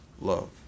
love